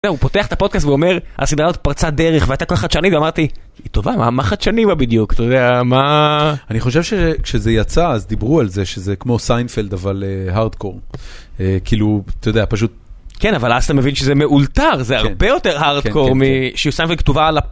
הוא פותח את הפודקאסט ואומר, הסדרה הזאת פרצה דרך והייתה כל כך חדשנית, ואמרתי, היא טובה, מה חדשני בה בדיוק, אתה יודע, מה... אני חושב שכשזה יצא, אז דיברו על זה, שזה כמו סיינפלד, אבל הארדקור, כאילו, אתה יודע, פשוט... כן, אבל אז אתה מבין שזה מאולתר, זה הרבה יותר הארדקור משסיינפלד כתובה על...